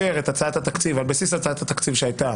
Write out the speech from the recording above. בהצעת התקציב של ועדת הבחירות המרכזית לבחירות העשרים-וארבע,